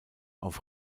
auf